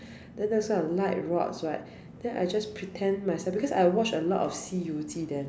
then those kind of light rods right then I just pretend myself because I watch a lot of 西游记 then